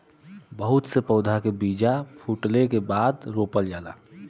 बहुत से पउधा के बीजा फूटले के बादे रोपल जाला